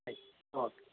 ಆಯ್ತು ಓಕೆ